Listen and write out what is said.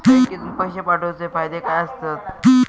बँकेतून पैशे पाठवूचे फायदे काय असतत?